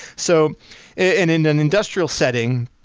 so in in an industrial setting,